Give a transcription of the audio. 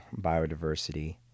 biodiversity